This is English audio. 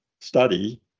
study